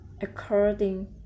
according